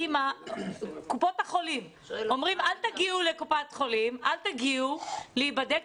אל תגיעו להיבדק,